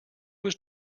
was